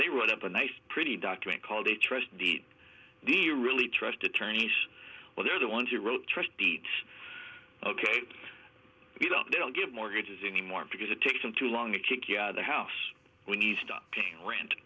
they write up a nice pretty document called a trust deed the really trust attorneys well they're the ones who wrote trust deeds ok you don't they don't give mortgages anymore because it takes them too long to kick you out of the house when you stop paying rent